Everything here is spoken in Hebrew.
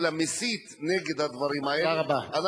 אלא מסית נגד הדברים האלה.